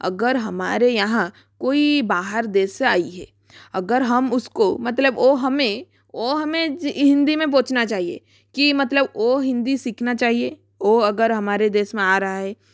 अगर हमारे यहाँ कोई बाहर देश से आई है अगर हम उसको मतलब वो हमें वो हमें हिन्दी में बोलना चाहिए की मतलब वो हिन्दी सीखना चाहिए वो अगर हमारे देश में आ रहा है